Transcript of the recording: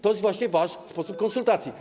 To jest właśnie wasz sposób konsultacji.